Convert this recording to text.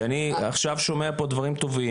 כי אני עכשיו שומע פה דברים טובים,